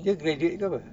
dia graduate ke apa